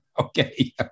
Okay